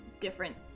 different